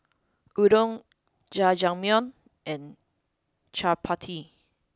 Udon Jajangmyeon and Chapati